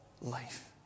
life